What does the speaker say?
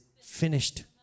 finished